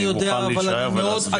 אני מוכן להישאר ולהסביר.